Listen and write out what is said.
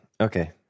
Okay